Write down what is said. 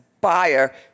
buyer